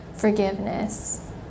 Forgiveness